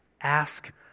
ask